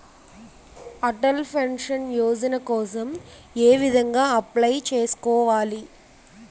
Atal pension Yojana కోసం ఏ విధంగా అప్లయ్ చేసుకోవాలి?